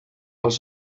els